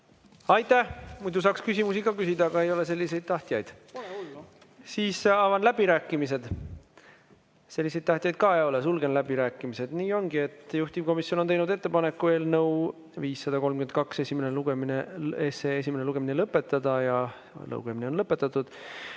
Aitäh! Muidu saaks küsimusi ka küsida, aga ei ole selliseid tahtjaid. Pole hullu. Siis avan läbirääkimised. Seda soovijaid ka ei ole. Sulgen läbirääkimised. Nii ongi, et juhtivkomisjon on teinud ettepaneku eelnõu 532 esimene lugemine lõpetada. Esimene lugemine on lõpetatud.